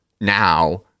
now